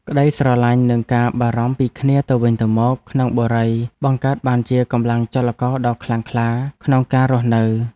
ក្តីស្រឡាញ់និងការបារម្ភពីគ្នាទៅវិញទៅមកក្នុងបុរីបង្កើតបានជាកម្លាំងចលករដ៏ខ្លាំងក្លាក្នុងការរស់នៅ។